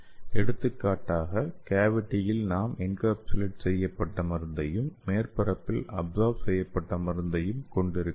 எடுத்துக்காட்டாக கேவிட்டியில் நாம் என்கேப்சுலேட் செய்யப்பட்ட மருந்தையும் மேற்பரப்பில் அப்சார்வ் செய்யப்பட்ட மருந்தையும் கொண்டிருக்கலாம்